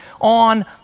on